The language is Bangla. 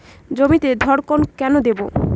জমিতে ধড়কন কেন দেবো?